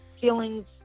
Feelings